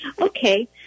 okay